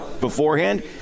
beforehand